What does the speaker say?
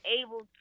able